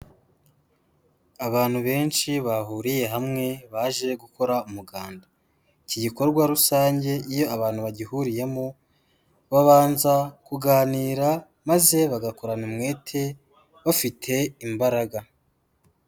Abantu benshi bahuriye hamwe baje gukora umuganda, iki gikorwa rusange iyo abantu bagihuriyemo, babanza kuganira maze bagakorana umwete bafite imbaraga.